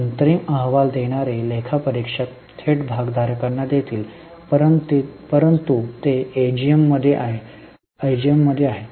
अंतिम अहवाल देणारे लेखा परीक्षक थेट भागधारकांना देतील परंतु ते एजीएममध्ये आहे